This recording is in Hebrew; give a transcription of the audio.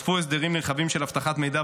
נוספו הסדרים נרחבים של אבטחת מידע,